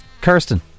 Kirsten